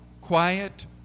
quiet